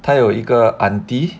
他有一个 aunty